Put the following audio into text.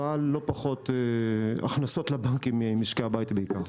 אבל לא פחות הכנסות לבנקים ממשקי הבית בעיקר.